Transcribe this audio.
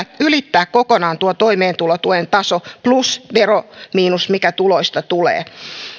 ylittää kokonaan tuo toimeentulotuen taso plus vero miinus se mikä tuloista tulee